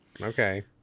Okay